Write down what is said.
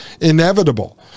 inevitable